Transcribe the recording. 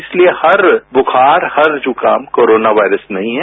इसलिए हर बुखार हर जुकाम कोरोना वायरस नहीं है